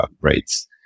rates